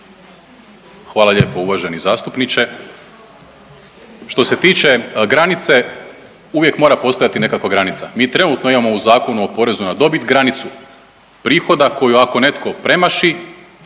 Hvala lijepo uvaženi zastupniče. Što se tiče granice, uvijek mora postojati nekakva granica, mi trenutno imamo u Zakonu o porezu na dobit granicu prihoda koju, ako netko premaši,